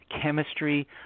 chemistry